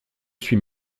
suis